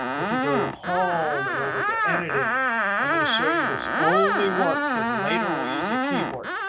if we go to home and over to editing i'm going to show you this only once because later, we'll use a keyboard.